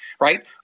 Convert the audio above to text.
right